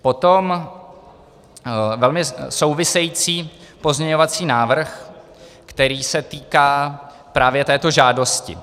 Potom velmi související pozměňovací návrh, který se týká právě této žádosti.